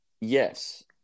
yes